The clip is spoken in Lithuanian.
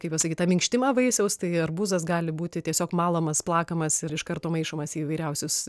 kaip pasakyt tą minkštimą vaisiaus tai arbūzas gali būti tiesiog malamas plakamas ir iš karto maišomas į įvairiausius